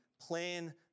plan